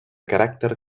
caràcter